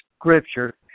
scripture